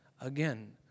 Again